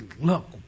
Look